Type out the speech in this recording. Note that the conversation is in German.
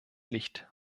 licht